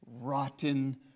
rotten